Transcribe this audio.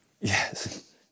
Yes